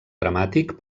dramàtic